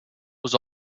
was